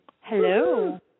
Hello